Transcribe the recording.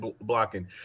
blocking